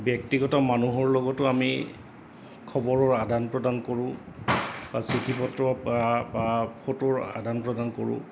ব্যক্তিগত মানুহৰ লগতো আমি খবৰৰ আদান প্ৰদান কৰোঁ বা চিঠি পত্ৰৰ বা বা ফটোৰ আদান প্ৰদান কৰোঁ